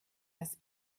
das